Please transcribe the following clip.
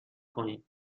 کنید